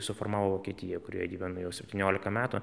suformavo vokietija kurioje gyvenu jau septyniolika metų